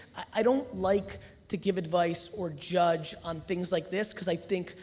i don't like to give advice or judge on things like this cause i think,